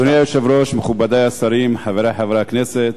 אדוני היושב-ראש, מכובדי השרים, חברי חברי הכנסת,